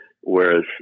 whereas